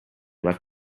left